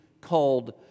called